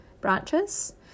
branches